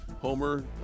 homer